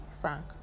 Frank